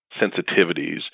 sensitivities